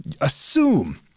Assume